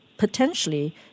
potentially